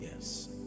yes